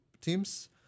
teams